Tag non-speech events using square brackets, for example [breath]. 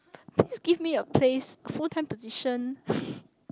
please just give me a place full time position [breath]